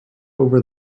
over